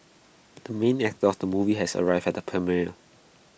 the main actor of the movie has arrived at the premiere